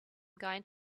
going